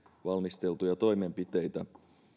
valmisteltuja toimenpiteitä